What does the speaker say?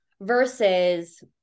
versus